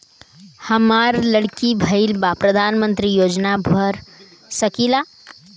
हमार लड़की भईल बा प्रधानमंत्री योजना भर सकीला?